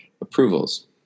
approvals